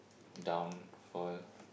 downfall